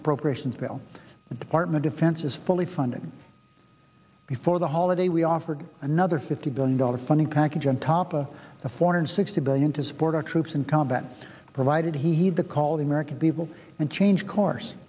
appropriations bill the department defense is fully funding before the holiday we offered another fifty billion dollars funding package on top of the four hundred sixty billion to support our troops in combat provided heed the call the american people and change course